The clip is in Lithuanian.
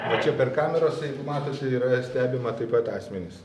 va čia per kameras jeigu matote yra stebima taip pat asmenys